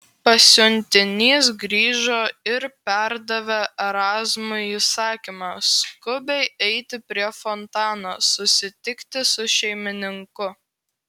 pasiuntinys grįžo ir perdavė erazmui įsakymą skubiai eiti prie fontano susitikti su šeimininku